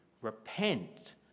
Repent